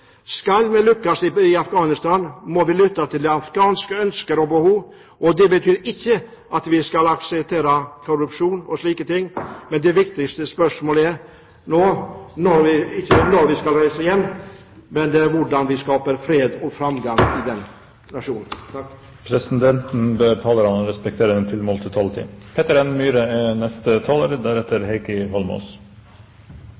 Skal vi lykkes i Afghanistan, må vi lytte til afghanske ønsker og behov. Det betyr ikke at vi skal akseptere korrupsjon og slike ting , men det viktigste spørsmålet nå er ikke når vi skal reise hjem, men det er hvordan vi skaper fred og framgang i den nasjonen Presidenten ber talerne respektere den tilmålte taletid.